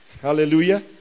Hallelujah